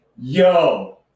yo